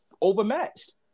overmatched